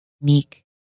meek